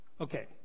Okay